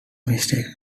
mistake